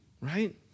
right